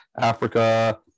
africa